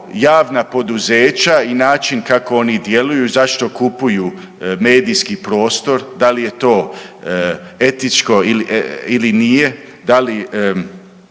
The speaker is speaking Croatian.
javna poduzeća i način kako oni djeluju i zašto kupuju medijski prostor, da li je to etičko ili nije, da li…